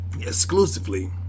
exclusively